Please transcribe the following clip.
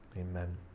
Amen